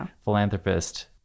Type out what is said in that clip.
philanthropist